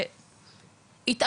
אז מה